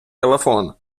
телефон